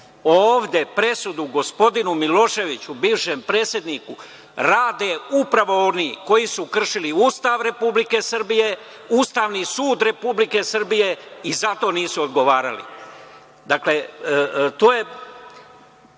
ovde presudu gospodinu Miloševiću, bivšem predsedniku, rade upravo oni koji su kršili Ustav RS, Ustavni sud RS i zato nisu odgovarali. Dakle, to je